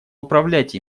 управлять